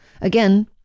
Again